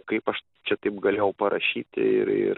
kaip aš čia taip galėjau parašyti ir ir